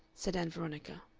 said ann veronica.